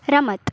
રમત